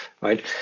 right